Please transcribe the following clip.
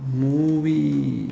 movie